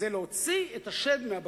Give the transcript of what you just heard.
זה להוציא את השד מן הבקבוק,